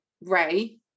Ray